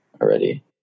already